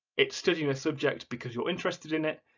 it's studying a subject because you're interested in it,